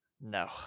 No